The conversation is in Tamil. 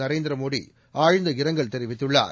நரேந்திர மோடி ஆழ்ந்த இரங்கல் தெரிவித்துள்ளார்